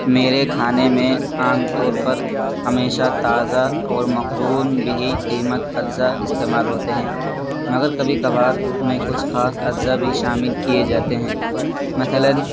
میرے کھانے میں عام طور پر ہمیشہ تازہ اور مخرون بہ قیمت اجزاء استعمال ہوتے ہیں مگر کبھی کبھار میں کچھ خاص اجزاء بھی شامل کیے جاتے ہیں مثلاً